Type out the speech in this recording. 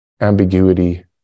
ambiguity